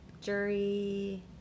jury